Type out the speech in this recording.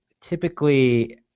typically